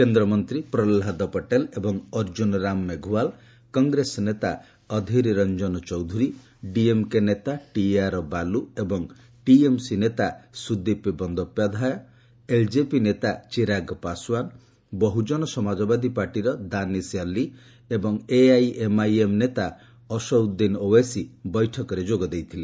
କେନ୍ଦ୍ରମନ୍ତୀ ପ୍ରହ୍ଲାଦ ପଟେଲ ଏବଂ ଅର୍ଜୁନ ରାମ ମେଘୱାଲ କଂଗ୍ରେସ ନେତା ଅଧୀରରଂଜନ ଚୌଧୁରୀ ଡିଏମ୍କେ ନେତା ଟିଆର୍ବାଲୁ ଏବଂ ଟିଏମ୍ସି ନେତା ସୁଦୀପ ବନ୍ଦୋପାଧ୍ୟାୟ ଏଲ୍ଜେପି ନେତା ଚିରାଗ ପାଶ୍ୱାନ ବହୁଜନ ସମାଜବାଦୀ ପାର୍ଟିର ଦାନିସ ଅଲ୍ଲୀ ଏବଂ ଏଆଇଏମ୍ଆଇଏମ୍ ନେତା ଅସଉଦ୍ଦିନ ଓଓ୍ୱେସି ବୈଠକରେ ଯୋଗଦେଇଥିଲେ